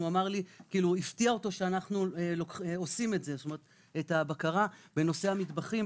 אני זוכרת שהפתיע אותו שאנחנו עושים את הבקרה בנושא המטבחים,